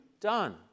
done